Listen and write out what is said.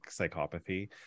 psychopathy